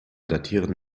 datieren